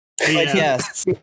Yes